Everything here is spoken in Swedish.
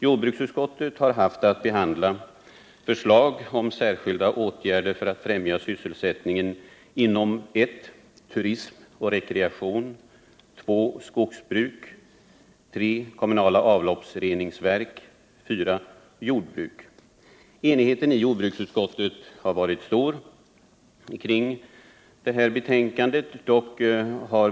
Jordbruksutskottet har haft att behandla förslag om särskilda åtgärder för att främja sysselsättningen inom följande områden: Enigheten inom jordbruksutskottet om det som framförs i betänkandet har varit stor.